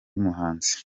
muhanzi